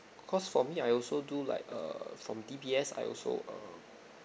cause for me I also do like err from D_B_S I also uh